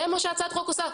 זה מה שהצעת החוק עושה.